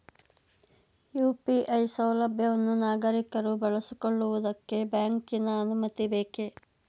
UPI ಸೌಲಭ್ಯವನ್ನು ನಾಗರಿಕರು ಬಳಸಿಕೊಳ್ಳುವುದಕ್ಕೆ ಬ್ಯಾಂಕಿನ ಅನುಮತಿ ಬೇಕೇ?